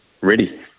ready